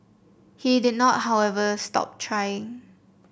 he did not however stop trying